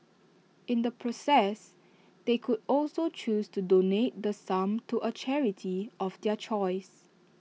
in the process they could also choose to donate the sum to A charity of their choice